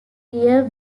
rear